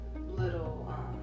little